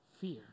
fear